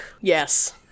Yes